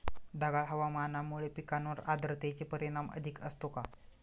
ढगाळ हवामानामुळे पिकांवर आर्द्रतेचे परिणाम अधिक असतो का?